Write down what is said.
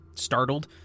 Startled